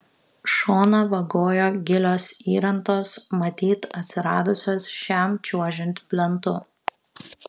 šoną vagojo gilios įrantos matyt atsiradusios šiam čiuožiant plentu